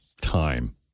time